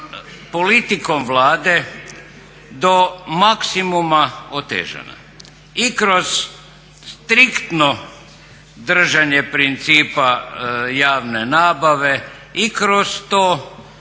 politikom Vlade do maksimuma otežana i kroz striktno držanje principa javne nabave i kroz to